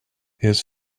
his